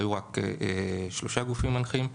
היו רק שלושה גופים מנחים.